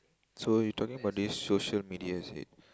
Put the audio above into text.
so you talking about this social media is it